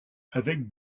avec